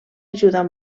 ajudar